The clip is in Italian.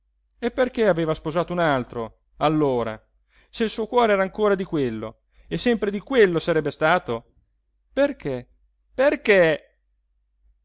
e perché aveva sposato un altro allora se il suo cuore era ancora di quello e sempre di quello sarebbe stato perché perché